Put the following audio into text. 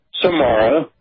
Samara